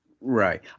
Right